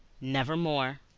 nevermore